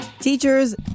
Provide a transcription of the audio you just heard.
Teachers